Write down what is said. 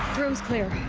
room's clear.